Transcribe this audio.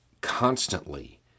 constantly